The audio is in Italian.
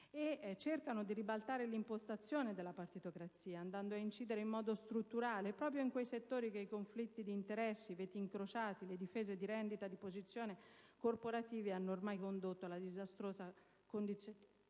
- cercano di ribaltare l'impostazione della partitocrazia, andando a incidere in modo strutturale proprio in quei settori che i conflitti di interessi, i veti incrociati, le difese di rendite di posizione corporative hanno ormai condotto alla disastrosa condizione